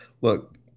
look